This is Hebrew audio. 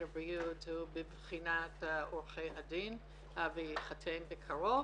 הבריאות הוא בבחינת עורכי הדין וייחתם בקרוב.